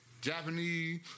Japanese